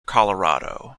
colorado